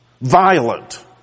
violent